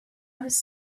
was